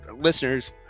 listeners